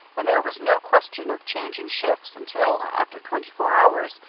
and there was no question of changing shifts until, after twenty-four hours,